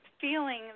feeling